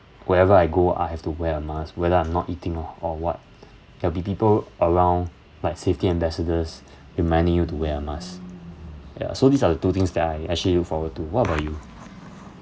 wherever I go I have to wear a mask whether I'm not eating or or what there'll be people around like safety ambassadors reminding you to wear a mask ya so these are the two things that I actually look forward to what about you